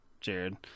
Jared